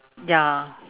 ya